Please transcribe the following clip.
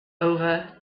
over